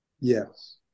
Yes